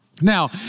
Now